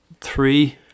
three